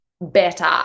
better